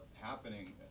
happening